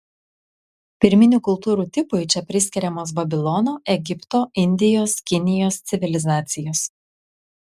pirminių kultūrų tipui čia priskiriamos babilono egipto indijos kinijos civilizacijos